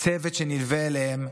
צוות שנלווה אליהם,